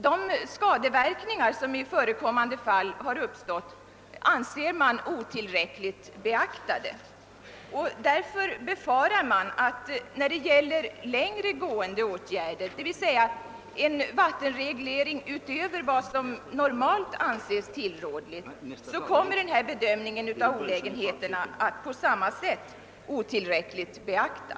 De skadeverkningar som i förekommande fall har uppstått anser man otillräckligt beaktade. Därför befarar man att bedömningen av olägenheterna när det gäller längre gående åtgärder — d. v. s. en vattenreglering utöver vad som normalt anses tillrådlig — på samma sätt kommer att otillräckligt beaktas.